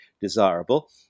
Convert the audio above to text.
desirable